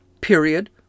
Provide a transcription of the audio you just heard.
period